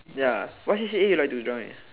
ya what C_C_A you like to join